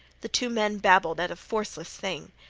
the two men babbled at a forceless thing.